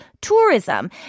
tourism